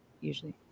usually